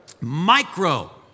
Micro